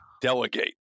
delegate